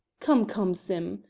come, come, sim!